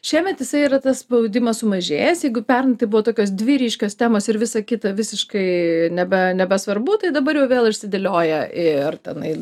šiemet jisai yra tas spaudimas sumažėjęs jeigu pernai tai buvo tokios dvi ryškios temos ir visa kita visiškai nebe nebesvarbu tai dabar jau vėl išsidėlioja ir tenai